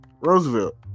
Roosevelt